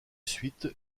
suites